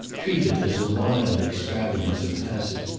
treat it as a wild extravagance of hazard,